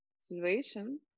situation